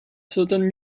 certain